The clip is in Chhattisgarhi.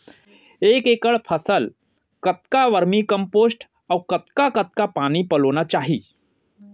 एक एकड़ फसल कतका वर्मीकम्पोस्ट अऊ कतका कतका पानी पलोना चाही?